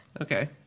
Okay